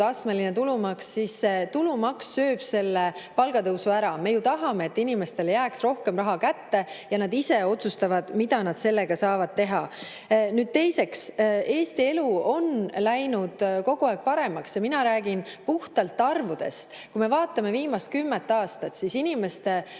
astmeline tulumaks, siis tulumaks sööb selle palgatõusu ära. Me ju tahame, et inimestele jääks rohkem raha kätte ja nad ise otsustaksid, mida nad sellega saavad teha. Nüüd teiseks. Eesti elu on läinud kogu aeg paremaks ja mina räägin puhtalt arvudest. Kui me vaatame viimast kümmet aastat, siis inimeste